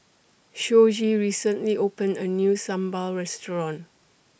Shoji recently opened A New Sambal Restaurant